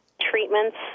treatments